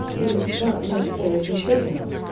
it is not necessary he should know.